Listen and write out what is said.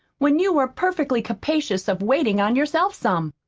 when you are perfectly capacious of waitin' on yourself some.